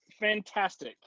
fantastic